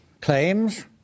claims